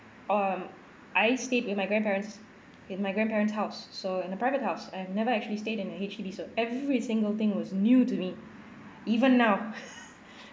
um I stayed with my grandparents in my grandparents house so in a private house I've never actually stayed in H_D_B so every single thing was new to me even now